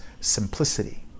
simplicity